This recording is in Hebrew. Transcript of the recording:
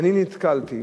שאני נתקלתי